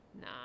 Nah